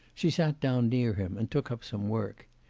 she sat down near him, and took up some work.